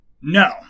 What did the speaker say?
No